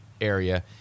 area